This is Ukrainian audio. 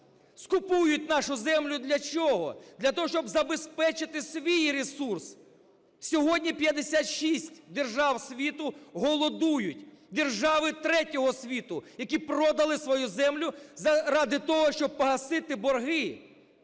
скупують нашу землю для чого? Для того, щоб забезпечити свій ресурс. Сьогодні 56 держав світу голодують – держави третього світу, які продали свою землю заради того, щоб погасити борги